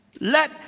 Let